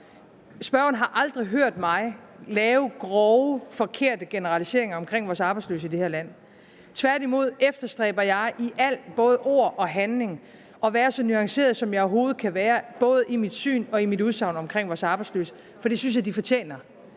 Spørgeren har aldrig hørt mig lave grove, forkerte generaliseringer om de arbejdsløse i det her land. Tværtimod efterstræber jeg i alt, både ord og handling, at være så nuanceret, som jeg overhovedet kan være både i mit syn og i mit udsagn om vores arbejdsløse, for det synes jeg at de fortjener.